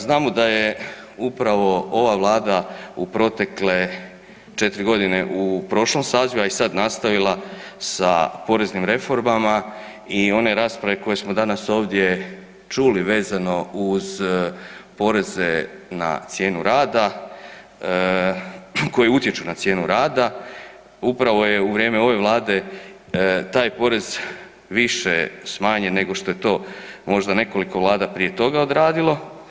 Znamo da je upravo ova Vlada u protekle četiri godine u prošlom sazivu, a i sad nastavila sa poreznim reformama i one rasprave koje smo danas ovdje čuli vezano uz poreze na cijenu rada koje utječu na cijenu rada upravo je u vrijeme ove Vlade taj porez više smanjen nego što je to možda nekoliko Vlada prije toga odradilo.